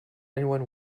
anyone